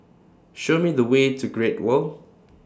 Show Me The Way to Great World